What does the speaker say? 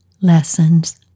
lessons